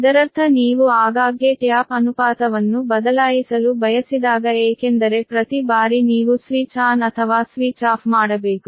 ಇದರರ್ಥ ನೀವು ಆಗಾಗ್ಗೆ ಟ್ಯಾಪ್ ಅನುಪಾತವನ್ನು ಬದಲಾಯಿಸಲು ಬಯಸಿದಾಗ ಏಕೆಂದರೆ ಪ್ರತಿ ಬಾರಿ ನೀವು ಸ್ವಿಚ್ ಆನ್ ಅಥವಾ ಸ್ವಿಚ್ ಆಫ್ ಮಾಡಬೇಕು